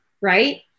right